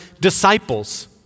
disciples